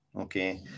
okay